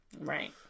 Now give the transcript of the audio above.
Right